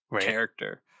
character